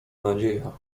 nadzieja